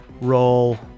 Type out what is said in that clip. roll